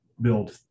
build